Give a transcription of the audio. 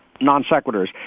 non-sequiturs